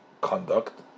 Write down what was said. conduct